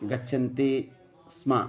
गच्छन्ति स्म